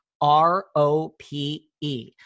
R-O-P-E